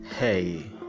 Hey